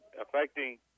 affecting